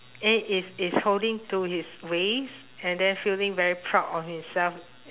eh is is holding to his waist and then feeling very proud of himself